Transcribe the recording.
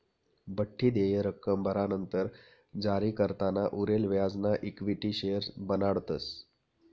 बठ्ठी देय रक्कम भरानंतर जारीकर्ताना उरेल व्याजना इक्विटी शेअर्स बनाडतस